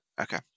Okay